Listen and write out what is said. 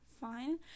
fine